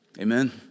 Amen